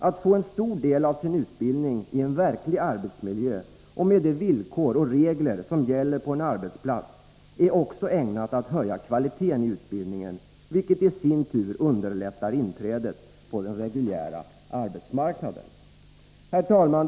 Att få en stor del av sin utbildning i en verklig arbetsmiljö och med de villkor och regler som gäller på en arbetsplats är också ägnat att höja kvaliteten i utbildningen, vilket i sin tur underlättar inträdet på den reguljära arbetsmarknaden. Herr talman!